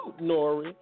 Nori